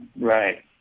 right